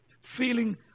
feeling